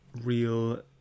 real